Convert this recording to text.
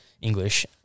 English